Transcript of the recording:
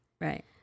Right